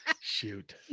shoot